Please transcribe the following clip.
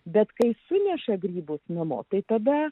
bet kai suneša grybus namopi tada